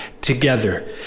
together